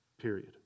period